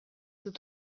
dut